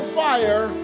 fire